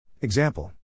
Example